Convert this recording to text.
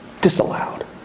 Disallowed